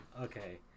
okay